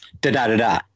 da-da-da-da